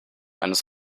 eines